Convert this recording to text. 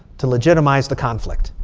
to legitimize the conflict.